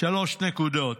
שלוש נקודות.